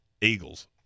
Eagles